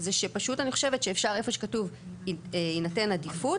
זה שפשוט אני חושבת שאפשר איפה שכתוב "יינתן עדיפות",